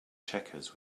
checkers